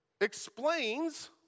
explains